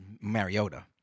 Mariota